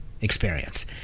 experience